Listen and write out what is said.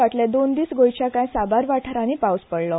फाटले दोन दीस गोंयच्या कांय साबार वाठारांनी पावस पडलो